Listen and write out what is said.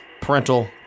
parental